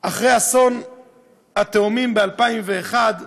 אחרי אסון התאומים ב-2001,